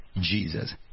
Jesus